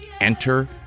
Enter